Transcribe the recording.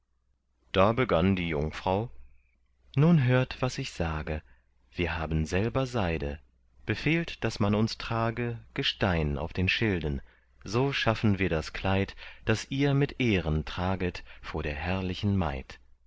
da begann die jungfrau nun hört was ich sage wir haben selber seide befehlt daß man uns trage gestein auf den schilden so schaffen wir das kleid das ihr mit ehren traget vor der herrlichen maid